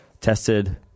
tested